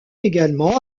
également